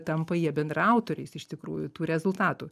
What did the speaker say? tampa jie bendraautoriais iš tikrųjų tų rezultatų